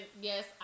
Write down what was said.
yes